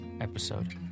episode